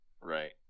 Right